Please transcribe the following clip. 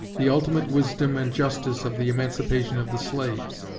the ultimate wisdom and justice of the emancipation of the slaves.